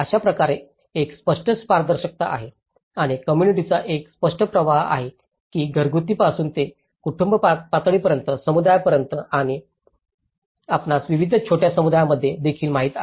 अशा प्रकारे एक स्पष्ट पारदर्शकता आहे आणि कोम्मुनिकेशनचा एक स्पष्ट प्रवाह आहे की घरगुती पासून ते कुटुंब पातळीपर्यंत समुदायापर्यंत आणि आपणास विविध छोट्या समुदायांमध्ये देखील माहित आहे